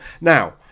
Now